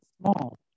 small